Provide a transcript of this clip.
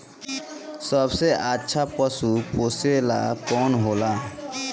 सबसे अच्छा पशु पोसेला कौन होला?